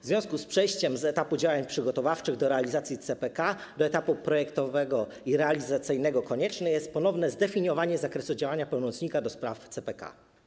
W związku z przejściem z etapu działań przygotowawczych do realizacji CPK do etapu projektowego i realizacyjnego konieczne jest też ponowne zdefiniowanie zakresu działania pełnomocnika do spraw CPK.